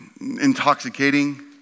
intoxicating